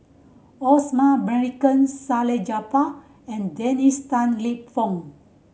Osman Merican Salleh Japar and Dennis Tan Lip Fong